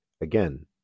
again